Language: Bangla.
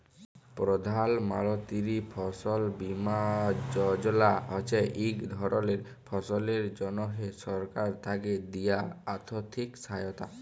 প্রধাল মলতিরি ফসল বীমা যজলা হছে ইক ধরলের ফসলের জ্যনহে সরকার থ্যাকে দিয়া আথ্থিক সহায়তা